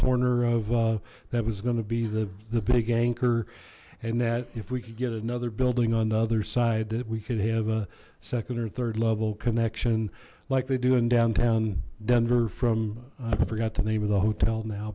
corner of that was going to be the the big anchor and that if we could get another building on the other side that we could have a second or third level connection like they do in downtown denver from i forgot the name of the hotel now